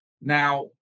now